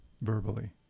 verbally